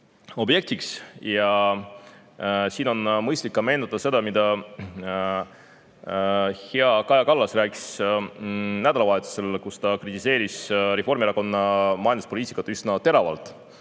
objektiks. Siin on mõistlik ka meenutada seda, mida hea Kaja Kallas rääkis nädalavahetusel, kui ta kritiseeris Reformierakonna majanduspoliitikat üsna teravalt.